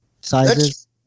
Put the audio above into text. sizes